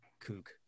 kook